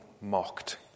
mocked